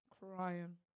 Crying